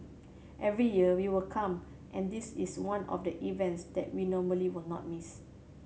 every year we will come and this is one of the events that we normally will not miss